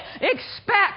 expect